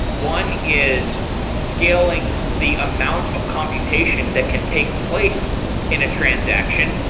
one is scaling the amount of computation that can take place in a transaction.